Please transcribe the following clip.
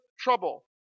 trouble